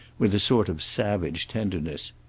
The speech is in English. with a sort of savage tenderness.